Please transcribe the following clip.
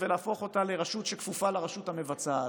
ולהפוך אותה לרשות שכפופה לרשות המבצעת,